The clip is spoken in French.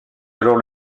alors